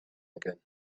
again